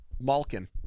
Malkin